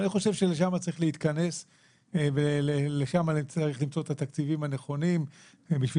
אני חושב שלשם צריך להתכנס ולמצוא את התקציבים הנכונים כדי